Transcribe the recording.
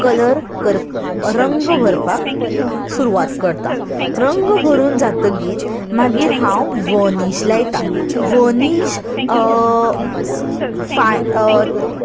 colour कर रंग भरपाक सुरवात करता रंग भरून जातकच मागीर हांव वर्नीश लायता वर्नीश फाय